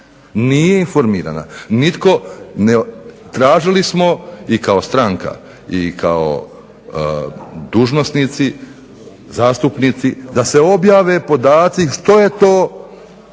Nije informirana. Tražili smo i kao stranka i kao dužnosnici, zastupnici da se objave podaci što je to